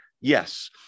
Yes